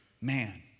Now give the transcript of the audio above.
man